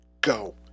go